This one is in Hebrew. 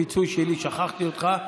פיצוי שלי, שכחתי אותך.